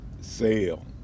sale